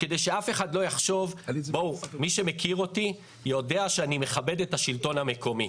מי שמכיר אותי, יודע שאני מכבד את השלטון המקומי,